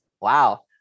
Wow